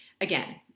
again